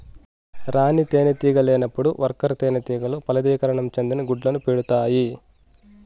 రాణి తేనెటీగ లేనప్పుడు వర్కర్ తేనెటీగలు ఫలదీకరణం చెందని గుడ్లను పెడుతాయి